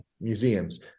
museums